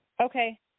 Okay